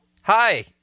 Hi